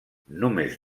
només